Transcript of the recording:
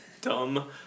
Dumb